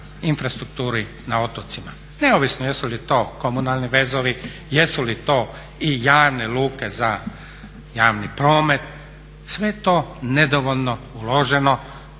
infrastrukturi na otocim neovisno jesu li to komunalni vezovi, jesu li to i javne luke za javni promet. Sve je to nedovoljno uloženo